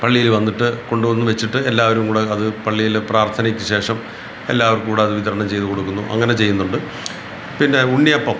പള്ളിയിൽ വന്നിട്ട് കൊണ്ടുവന്ന് വെച്ചിട്ട് എല്ലാവരും കൂടെ അത് അത് പള്ളിയിലെ പ്രാർത്ഥനയ്ക്ക് ശേഷം എല്ലാവർക്കും കൂടെ അത് വിതരണം ചെയ്തു കൊടുക്കുന്നു അങ്ങനെ ചെയ്യുന്നുണ്ട് പിന്നെ ഉണ്ണിയപ്പം